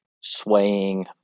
swaying